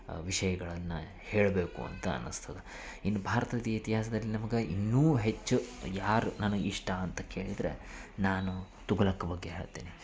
ವಿಷಯಗಳನ್ನು ಹೇಳಬೇಕು ಅಂತ ಅನಿಸ್ತದ ಇನ್ನು ಭಾರ್ತದ ಇತಿಹಾಸ್ದಲ್ಲಿ ನಮಗೆ ಇನ್ನೂ ಹೆಚ್ಚು ಯಾರು ನನಗೆ ಇಷ್ಟ ಅಂತ ಕೇಳಿದರೆ ನಾನು ತುಘಲಕ್ ಬಗ್ಗೆ ಹೇಳ್ತೇನೆ